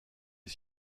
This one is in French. est